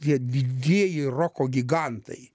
tie didieji roko gigantai